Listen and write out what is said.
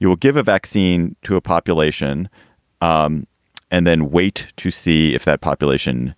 you will give a vaccine to a population um and then wait to see if that population